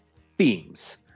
themes